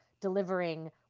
delivering